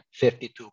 52